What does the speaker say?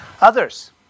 Others